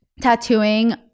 tattooing